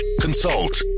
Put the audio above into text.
consult